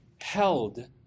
held